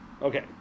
Okay